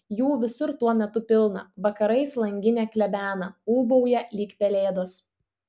jų visur tuo metu pilna vakarais langinę klebena ūbauja lyg pelėdos